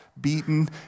beaten